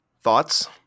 thoughts